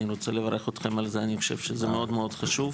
חושב שזה מאוד חשוב.